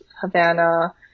Havana